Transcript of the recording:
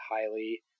highly